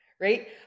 right